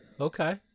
Okay